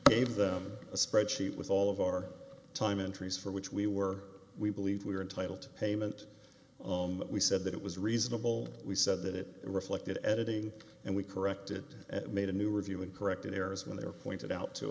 gave them a spreadsheet with all of our time entries for which we were we believe we are entitled to payment ohm we said that it was reasonable we said that it reflected editing and we corrected and made a new reviewing correcting errors when they were pointed out to